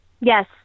Yes